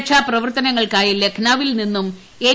രക്ഷാപ്രവർത്തനങ്ങൾക്കായി ലഖ്നൌവിൽ നിന്നും എൻ